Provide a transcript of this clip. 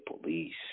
police